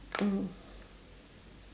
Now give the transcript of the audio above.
mm